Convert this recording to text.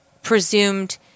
Presumed